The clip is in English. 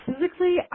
Physically